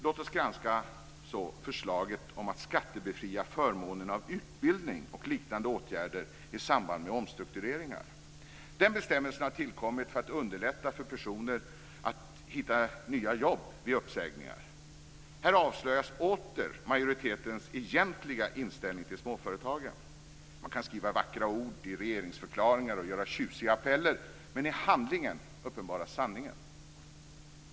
Låt oss granska förslaget om att skattebefria förmånen av utbildning och liknande åtgärder i samband med omstruktureringar. Den bestämmelsen har tillkommit för att underlätta för personer att hitta nya jobb vid uppsägningar. Här avslöjas åter majoritetens egentliga inställning till småföretagen. Man kan skriva vackra ord i regeringsförklaringar och göra tjusiga appeller, men i handlingen uppenbaras sanningen.